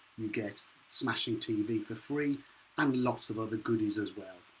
you get smashing tv for free and lots of other goodies as well.